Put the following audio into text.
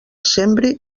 sembre